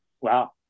Wow